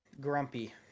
grumpy